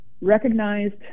recognized